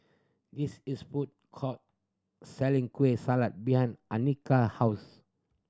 this is food court selling Kueh Salat behind Annika house